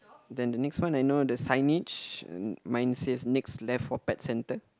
then the next one I know the signage mine says next left for pet centre